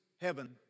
heaven